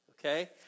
okay